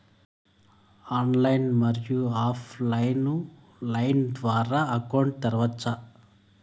Online, మరియు offline line ద్వారా account తెరవచ్చా?